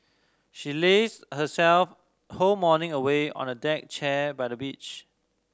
she lazed her sell whole morning away on a deck chair by the beach